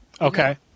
Okay